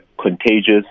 contagious